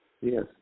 Yes